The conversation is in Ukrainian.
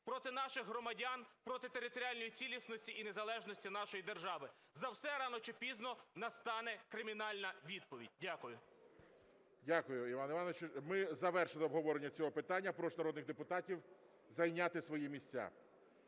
проти наших громадян, проти територіальної цілісності і незалежної держави. За все рано чи пізно настане кримінальна відповідь. Дякую. ГОЛОВУЮЧИЙ. Дякую, Іван Іванович. Ми завершили обговорення цього питання. Прошу народних депутатів зайняти свої місця.